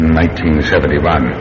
1971